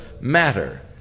matter